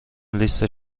لیست